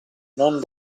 non